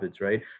right